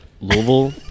Louisville